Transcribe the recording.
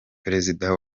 perezida